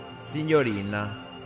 signorina